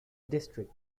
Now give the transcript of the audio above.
district